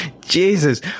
jesus